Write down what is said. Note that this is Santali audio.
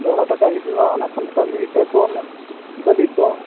ᱫᱚᱦᱲᱟ ᱴᱟᱠᱟ ᱦᱤᱡᱩᱜᱼᱟ ᱚᱱᱟ ᱠᱷᱚᱱ ᱴᱟᱹᱞᱤ ᱤᱛᱟᱹ ᱠᱚ ᱵᱟᱹᱞᱤ ᱠᱚ